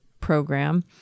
program